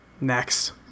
Next